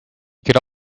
could